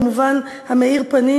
במובן המאיר פנים,